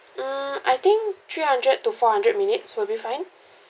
mm I think three hundred to four hundred minutes will be fine